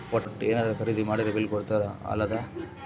ವಟ್ಟ ಯೆನದ್ರ ಖರೀದಿ ಮಾಡಿದ್ರ ಬಿಲ್ ಕೋಡ್ತಾರ ಅಲ ಅದ